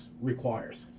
requires